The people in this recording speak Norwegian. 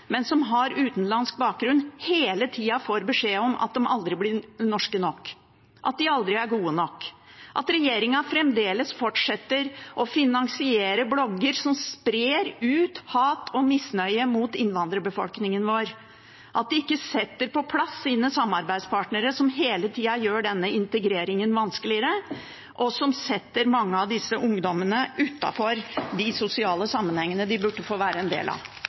men som har utenlandsk bakgrunn, hele tida får beskjed om at de aldri blir norske nok, at de aldri er gode nok, at regjeringen fortsetter å finansiere blogger som sprer hat og misnøye mot innvandrerbefolkningen vår, at de ikke setter på plass sine samarbeidspartnere, som hele tida gjør denne integreringen vanskeligere, og som setter mange av disse ungdommene utafor de sosiale sammenhengene de burde få være en del av.